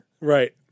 Right